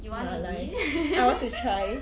you are lying I want to try